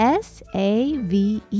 Save